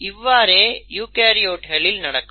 இவ்வாறே யூகரியோட்களில் நடக்கும்